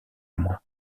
mois